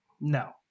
No